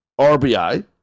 RBI